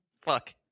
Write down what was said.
fuck